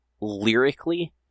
lyrically